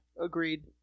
Agreed